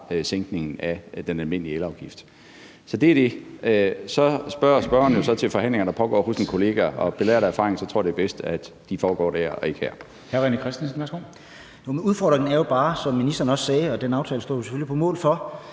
sænkningen af den almindelige elafgift. Så det er det. Så spørger spørgeren jo så til forhandlinger, der pågår hos en kollega, og belært af erfaringen tror jeg, det er bedst, at de foregår dér og ikke her.